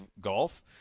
Golf